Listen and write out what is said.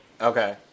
Okay